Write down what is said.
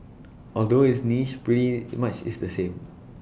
although it's niche pretty much is the same